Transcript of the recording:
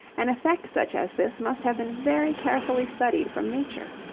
an effect such as this must have been very carefully studied from nature.